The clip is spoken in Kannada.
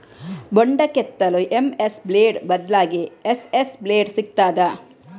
ಬೊಂಡ ಕೆತ್ತಲು ಎಂ.ಎಸ್ ಬ್ಲೇಡ್ ಬದ್ಲಾಗಿ ಎಸ್.ಎಸ್ ಬ್ಲೇಡ್ ಸಿಕ್ತಾದ?